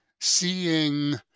seeing